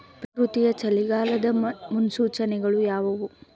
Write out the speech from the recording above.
ಪ್ರಕೃತಿಯ ಚಳಿಗಾಲದ ಮುನ್ಸೂಚನೆಗಳು ಯಾವುವು?